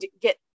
get